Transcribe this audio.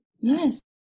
Yes